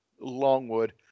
Longwood